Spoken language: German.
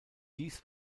dies